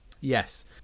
Yes